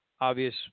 obvious